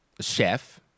chef